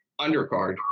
undercard